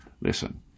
Listen